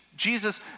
Jesus